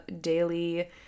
daily